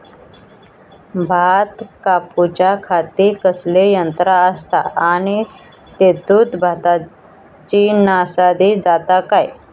भात कापूच्या खाती कसले यांत्रा आसत आणि तेतुत भाताची नाशादी जाता काय?